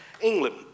England